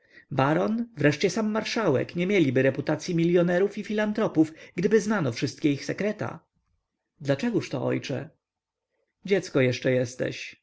baron wreszcie sam marszałek nie mieliby reputacyi milionerów i filantropów gdyby znano wszystkie ich sekreta dlaczegóżto ojcze dziecko jeszcze jesteś